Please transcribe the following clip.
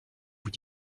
vous